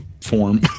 form